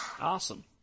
Awesome